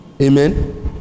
amen